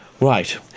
Right